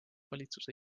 valitsuse